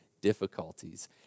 difficulties